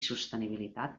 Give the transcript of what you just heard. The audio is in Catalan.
sostenibilitat